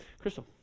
Crystal